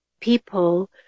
people